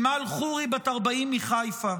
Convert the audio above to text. אמל חורי, בת 40, מחיפה,